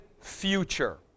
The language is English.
future